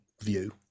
view